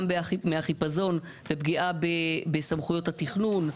גם מהחיפזון בפגיעה בסמכויות התכנון,